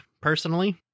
personally